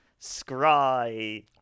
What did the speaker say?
Scry